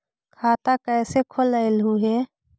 खाता कैसे खोलैलहू हे?